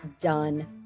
done